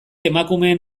emakumeen